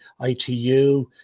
ITU